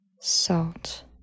salt